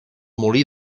molí